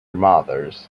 mothers